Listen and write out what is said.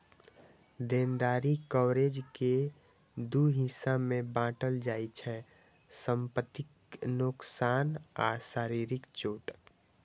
देनदारी कवरेज कें दू हिस्सा मे बांटल जाइ छै, संपत्तिक नोकसान आ शारीरिक चोट